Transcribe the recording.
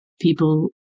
people